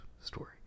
story